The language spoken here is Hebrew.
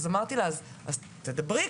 ואמרתי לה: דברי.